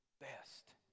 best